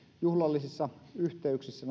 juhlallisissa yhteyksissä